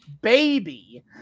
baby